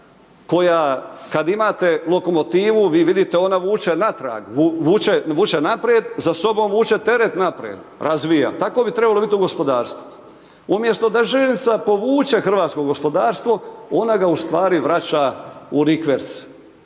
koja kada imate lokomotivu vi vidite ona vuče naprijed, za sobom vuče teret naprijed, razvija, tako bi trebalo biti u gospodarstvu. Umjesto da željeznica povuče hrvatsko gospodarstvo ona ga ustvari vraća u rikverc.